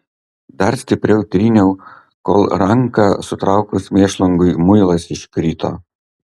dar stipriau tryniau kol ranką sutraukus mėšlungiui muilas iškrito